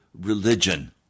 religion